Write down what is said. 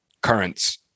currents